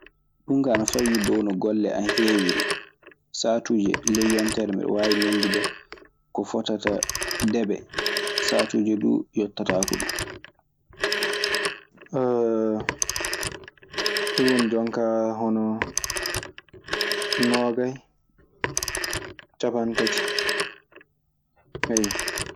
Dunka ana fawiri dow non golle am hewiri: Saatuji ley yontere miɗon wawi neldude ko fottata deebe: Saatuji dun yottata ko dun: ɗum woni jooni ka hono noogay, cappanɗe tati, eyyo.